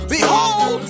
Behold